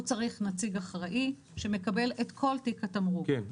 הוא צריך נציג אחראי שמקבל את כל תיק התמרוק -- כן,